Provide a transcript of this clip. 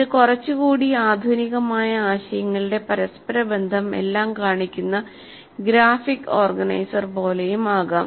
ഇത് കുറച്ചുകൂടി ആധുനികമായ ആശയങ്ങളുടെ പരസ്പരബന്ധം എല്ലാം കാണിക്കുന്ന ഗ്രാഫിക് ഓർഗനൈസർ പോലെയും ആകാം